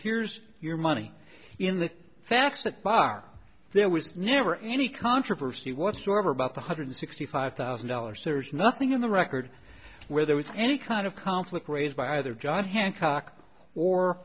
here's your money in the facts that bar there was never any controversy whatsoever about the hundred sixty five thousand dollars there's nothing in the record where there was any kind of conflict raised by either john hancock or